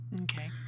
Okay